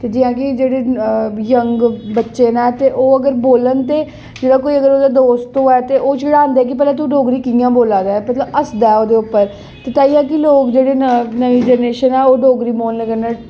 ते जि'यां के जेह्ड़े' यंग बच्चे न ते ओह् अगर बोलन ते अगर कोई ओह्दा दोस्त होऐ ते ओह् चड़ांदे के तूं डोगरी कि'यां बोल्ला दा ऐं ते मतलब हसदा ऐ ओह् ओह्दे पर के ताहियैं के लोग जेह्ड़े न नमीं जनेरेशन ऐ ओह् डोगरी बोलने कन्नै